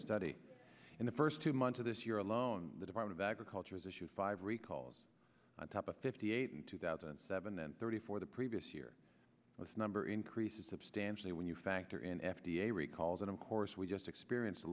study in the first two months of this year alone the department of agriculture's issue five recalls on top of fifty eight in two thousand and seven and thirty four the previous year with number increases substantially when you factor in f d a recalls and of course we just experienced the